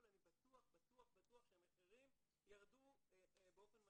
אני בטוח שהמחירים ירדו באופן משמעותי.